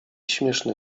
śmieszny